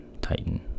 Titan